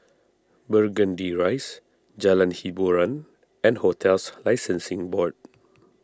Burgundy Rise Jalan Hiboran and Hotels Licensing Board